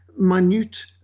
minute